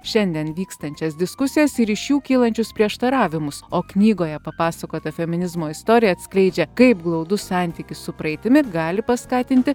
šiandien vykstančias diskusijas ir iš jų kylančius prieštaravimus o knygoje papasakota feminizmo istorija atskleidžia kaip glaudus santykis su praeitimi gali paskatinti